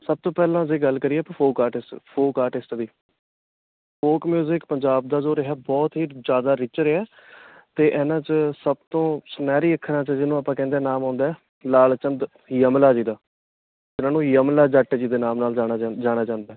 ਸਭ ਤੋਂ ਪਹਿਲਾਂ ਅਸੀਂ ਗੱਲ ਕਰੀਏ ਤਾਂ ਫੋਕ ਆਰਟਿਸਟ ਫੋਕ ਆਰਟਿਸਟ ਦੀ ਫੋਕ ਮਿਊਜ਼ਿਕ ਪੰਜਾਬ ਦਾ ਜੋ ਰਿਹਾ ਬਹੁਤ ਹੀ ਜ਼ਿਆਦਾ ਰਿਚ ਰਿਹਾ ਅਤੇ ਇਹਨਾਂ 'ਚ ਸਭ ਤੋਂ ਸੁਨਹਿਰੀ ਅੱਖਰਾਂ 'ਚ ਜਿਹਨੂੰ ਆਪਾਂ ਕਹਿੰਦੇ ਨਾਮ ਆਉਂਦਾ ਲਾਲ ਚੰਦ ਯਮਲਾ ਜੀ ਦਾ ਜਿਹਨਾਂ ਨੂੰ ਯਮਲਾ ਜੱਟ ਜੀ ਦੇ ਨਾਮ ਨਾਲ ਜਾਣਿਆ ਜਾ ਜਾਣਿਆ ਜਾਂਦਾ ਹੈ